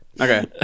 Okay